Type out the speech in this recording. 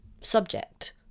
subject